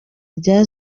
rya